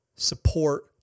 Support